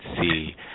see